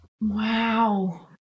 Wow